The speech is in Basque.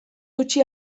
eutsi